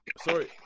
sorry